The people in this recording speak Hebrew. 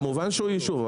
כמובן שהוא יישוב,